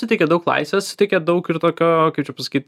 suteikia daug laisvės suteikia daug ir tokio kaip čia pasakyt